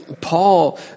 Paul